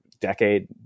decade